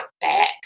back